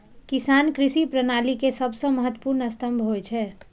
किसान कृषि प्रणाली के सबसं महत्वपूर्ण स्तंभ होइ छै